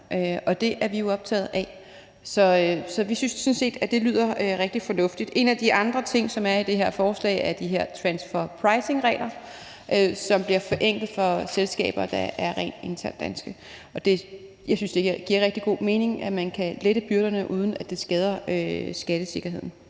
og det er vi jo optaget af. Så vi synes sådan set, at det lyder rigtig fornuftigt. En af de andre ting, som er i det her forslag, er de her transfer pricing-regler, som bliver forenklet for selskaber, der er rent danske. Og jeg synes, det giver rigtig god mening, at man kan lette byrderne, uden at det skader skattesikkerheden.